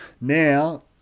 Now